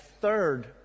third